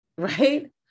Right